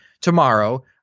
tomorrow